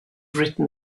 written